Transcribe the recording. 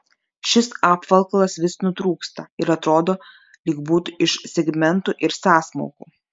šis apvalkalas vis nutrūksta ir atrodo lyg būtų iš segmentų ir sąsmaukų